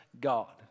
God